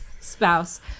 spouse